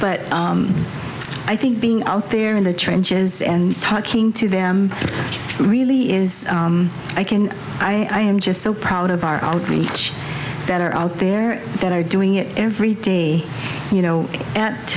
but i think being out there in the trenches and talking to them really is i can i am just so proud of our outreach that are out there that are doing it every day you know a